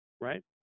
right